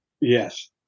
yes